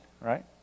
right